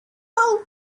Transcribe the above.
old